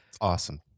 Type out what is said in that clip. awesome